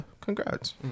congrats